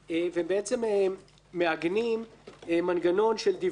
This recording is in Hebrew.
ומעגנים בעצם מנגנון של דיווח,